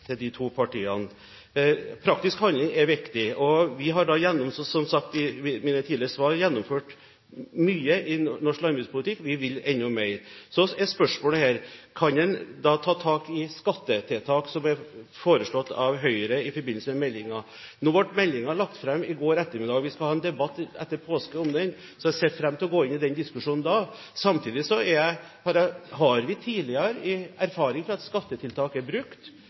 de to partiene. Praktisk handling er viktig, og vi har, som sagt i mine tidligere svar, gjennomført mye i norsk landbrukspolitikk. Vi vil enda mer. Så er spørsmålet: Kan en da ta tak i skattetiltak, som er foreslått av Høyre i innstillingen? Nå ble innstillingen lagt fram i går ettermiddag, og vi skal ha en debatt om den etter påske – jeg ser fram til å gå inn i den diskusjonen da. Samtidig har vi tidligere erfaring med at skattetiltak er brukt, og vi har erfaring med at skattetiltak brukes i dag. Så jeg avviser ingen virkemidler i den forstand at